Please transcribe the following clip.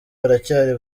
baracyari